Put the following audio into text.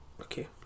Okay